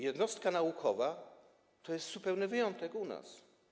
Jednostka naukowa to jest zupełny wyjątek u nas.